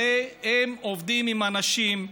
הרי הם עובדים עם אנשים,